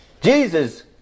Jesus